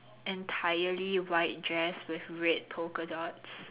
entirely white dress with red polka dots